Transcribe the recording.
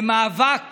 למאבק